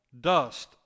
dust